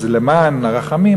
אז למען הרחמים,